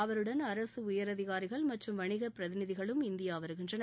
அவருடன் அரசு உயரதிகாரிகள் மற்றும் வணிக பிரதிநிதிகளும் இந்தியா வருகின்றனர்